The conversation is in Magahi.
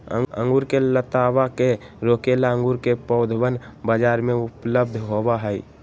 अंगूर के लतावा के रोके ला अंगूर के पौधवन बाजार में उपलब्ध होबा हई